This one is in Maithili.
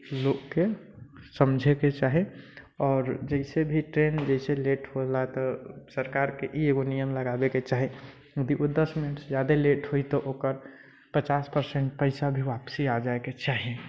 लोकके समझैके चाही आओर जइसे भी ट्रेन जाहिसे लेट होला तऽ सरकारके ई एगो नियम लगाबैके चाही यदि ओ दस मिनटसँ जादा लेट होइ तऽ ओकर पचास परसेन्ट पैसा भी वापसी आ जाइके चाही